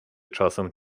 czasem